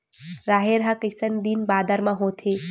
राहेर ह कइसन दिन बादर म होथे?